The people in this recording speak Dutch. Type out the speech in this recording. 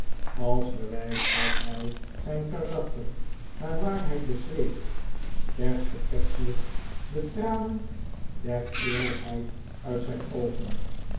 als bewijs dat hij zijn karakter naar waarheid beschreef perste pecksniff de tranen der eerlijkheid uit zijn oogen